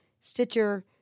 Stitcher